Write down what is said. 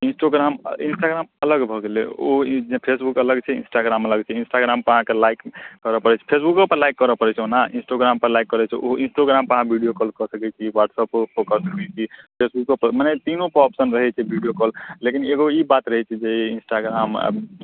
Instagram Instagram अलग भऽ गेलै ओ ई फेसबुक अलग छै इन्स्टाग्राम अलग छै इन्स्टाग्रामपर अहाँकेँ लाइक करऽ पड़ै छै फेसबुकोपर लाइक करऽ पड़ै छै ओना इन्स्टोग्रामपर लाइक करैत छै इन्स्टाग्रामपर अहाँ वीडियो कॉल कऽ सकैत छी वट्सएपो कॉल कऽ सकैत छी फेसबुकोपर मने तीनोपर ऑप्शन रहै छै वीडियो कॉल लेकिन एगो ई बात रहै छै जे इन्स्टाग्राम अब